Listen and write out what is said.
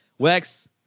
Wex